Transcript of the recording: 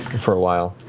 for a while.